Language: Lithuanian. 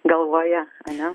galvoje ane